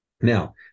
Now